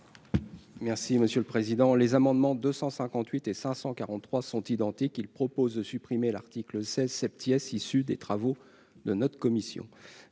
Merci monsieur le président, les amendements 258 et 543 sont identiques, il propose de supprimer l'article 16 sceptique issu des travaux de notre commission,